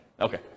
Okay